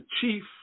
chief